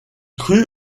crut